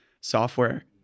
software